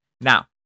Now